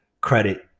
credit